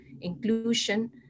inclusion